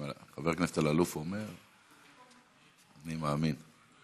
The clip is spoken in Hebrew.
אם חבר הכנסת אלאלוף אומר, אני מאמין.